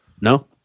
No